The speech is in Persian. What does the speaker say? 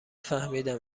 فهمیدم